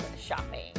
Shopping